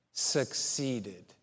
succeeded